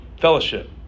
fellowship